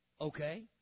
Okay